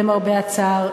למרבה הצער,